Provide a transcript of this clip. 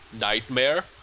nightmare